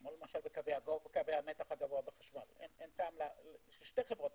כמו בקווי המתח הגבוה בחשמל יש שתי חברות